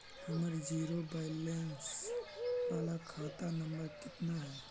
हमर zero balance बाला खाता नम्बर कितना है?